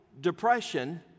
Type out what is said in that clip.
depression